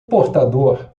portador